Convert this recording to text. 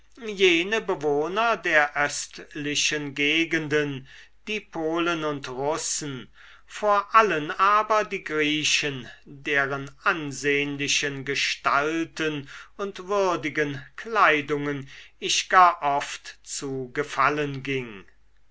jene bewohner der östlichen gegenden die polen und russen vor allen aber die griechen deren ansehnlichen gestalten und würdigen kleidungen ich gar oft zu gefallen ging